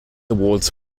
awards